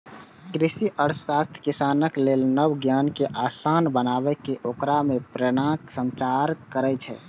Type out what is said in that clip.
कृषि अर्थशास्त्र किसानक लेल नव ज्ञान कें आसान बनाके ओकरा मे प्रेरणाक संचार करै छै